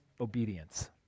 obedience